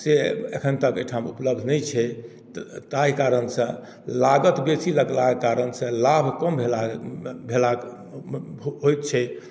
से एखन तक अइ ठाम उपलब्ध नहि छै ताहि कारणसँ लागत बेसी लगलाके कारण से लाभ कम भेला भेला होइ छै